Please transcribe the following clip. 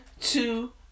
two